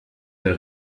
der